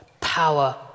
power